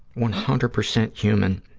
one hundred percent human,